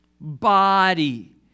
body